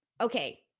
okay